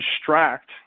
distract